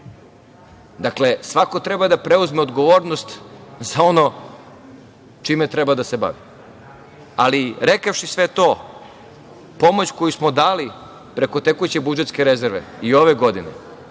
svako treba da preuzme odgovornost za ono čime treba da se bavi. Ali, rekavši sve to, pomoć koju smo dali preko tekuće budžetske rezerve i ove godine,